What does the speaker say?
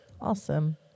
Awesome